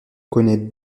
connait